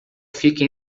fica